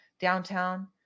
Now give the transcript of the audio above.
downtown